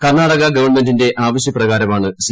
കർണാടക ഗവൺമെന്റിന്റെ ആവശ്യപ്രകാരമാണ് സി